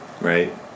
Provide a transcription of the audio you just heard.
right